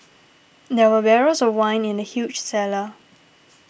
there were barrels of wine in the huge cellar